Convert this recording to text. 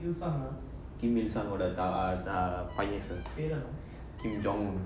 kim பையன்:paiyan sir kim jong